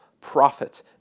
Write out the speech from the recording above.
prophets